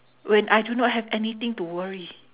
when I do not have anything to worry